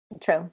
true